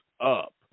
up